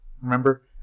Remember